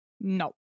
No